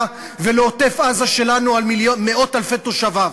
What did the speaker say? ועל עוטף-עזה שלנו על מאות אלפי תושביו.